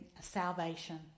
salvation